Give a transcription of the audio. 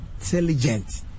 intelligent